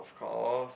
cause